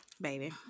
baby